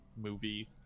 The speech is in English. movie